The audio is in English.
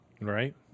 Right